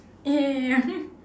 ya ya ya